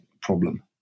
problem